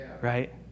right